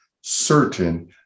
certain